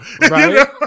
right